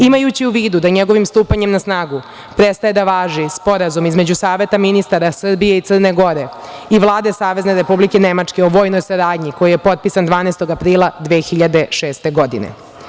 Imajući u vidu da njegovim stupanjem na snagu prestaje da važi sporazum između saveta ministara Srbije i Crne Gore i Vlade Savezne Republike Nemačke o vojnoj saradnji koji je potpisan 12. aprila 2006. godine.